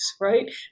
right